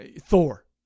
Thor